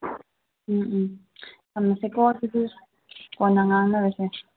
ꯎꯝ ꯎꯝ ꯊꯝꯂꯁꯦꯀꯣ ꯑꯗꯨꯗꯤ ꯀꯣꯟꯅ ꯉꯥꯡꯅꯔꯁꯦ